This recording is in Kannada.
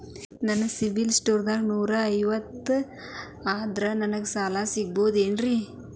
ನನ್ನ ಸಿಬಿಲ್ ಸ್ಕೋರ್ ಆರನೂರ ಐವತ್ತು ಅದರೇ ನನಗೆ ಸಾಲ ಸಿಗಬಹುದೇನ್ರಿ?